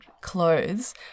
clothes